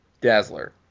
Dazzler